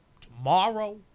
tomorrow